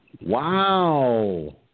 Wow